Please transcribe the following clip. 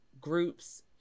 groups